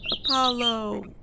Apollo